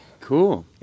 Cool